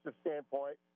standpoint